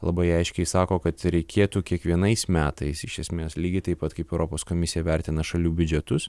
labai aiškiai sako kad reikėtų kiekvienais metais iš esmės lygiai taip pat kaip europos komisija vertina šalių biudžetus